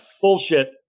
Bullshit